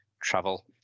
travel